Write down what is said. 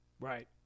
Right